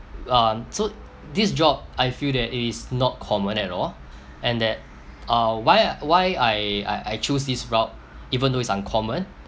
uh so this job I feel that it is not common at all and that uh why why I I I choose this route even though it's uncommon